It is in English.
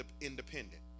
independent